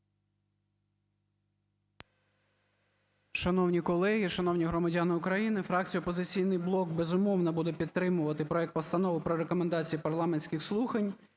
Шановні колеги, шановні громадяни України, фракція "Опозиційний блок", безумовно, буде підтримувати проект Постанови про Рекомендації парламентських слухань